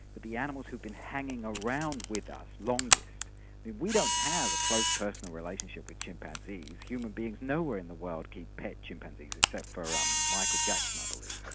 but the animals who've been hanging around with us longest. and we don't have a close personal relationship with chimpanzees human beings nowhere in the world keep pet chimpanzees, except for um michael jackson, i believe.